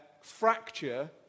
fracture